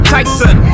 Tyson